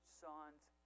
son's